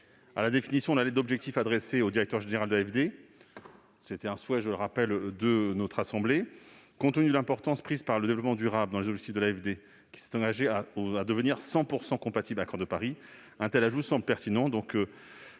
à la définition de la lettre d'objectifs adressée au directeur général de l'AFD, conformément à un souhait de notre assemblée. Compte tenu de l'importance prise par le développement durable dans les objectifs de l'AFD, qui s'est engagée à devenir 100 % compatible avec l'accord de Paris, un tel ajout semble pertinent.